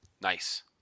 Nice